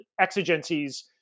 exigencies